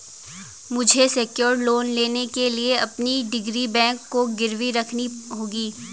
मुझे secured loan लेने के लिए अपनी डिग्री बैंक को गिरवी रखनी होगी